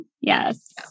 Yes